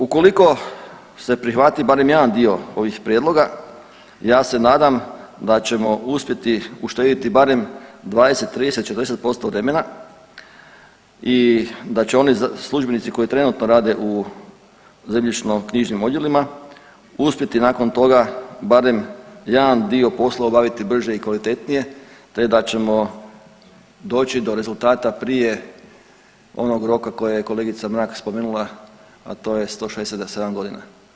Ukoliko se prihvati barem jedan dio ovih prijedloga ja se nadam da ćemo uspjeti uštedjeti barem 20, 30, 40% vremena i da će oni službenici koji trenutno rade u zemljišno-knjižnim odjelima uspjeti nakon toga barem jedan dio poslova obaviti bržije i kvalitetnije, te da ćemo doći do rezultata prije onog roka koji je kolegica Mrak spomenula a to je 167 godina.